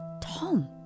Tom